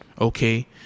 Okay